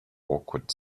awkward